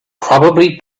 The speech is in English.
probably